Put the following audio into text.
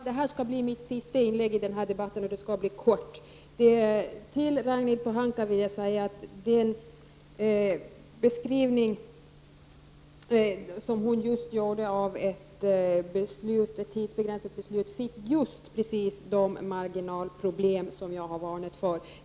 Herr talman! Detta skall bli mitt sista inlägg i denna debatt, och det skall bli kort. Till Ragnhild Pohanka vill jag säga att den beskrivning som hon just gjorde av ett tidsbegränsat beslut föranledde precis de marginalproblem som jag har varnat för.